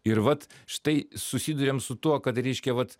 ir vat štai susiduriam su tuo kad reiškia vat